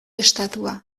estatua